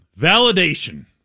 Validation